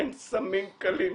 אין סמים קלים.